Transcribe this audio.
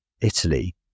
italy